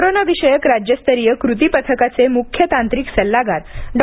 कोरोनाविषयक राज्यस्तरीय कृती पथकाचे मुख्य तांत्रिक सल्लागार डॉ